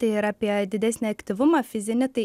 tai ir apie didesnį aktyvumą fizinį tai